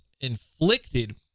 inflicted